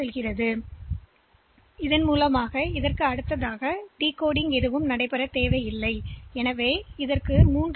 எனவே இந்த வழியில் இது செய்யப்படுகிறது இதற்கு மேலும் டிகோடிங் தேவையில்லை அதனால்தான் இங்கே மற்றொரு கடிகார சைக்கிள் இல்லை